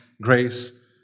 grace